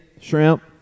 shrimp